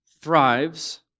thrives